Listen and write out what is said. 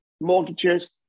mortgages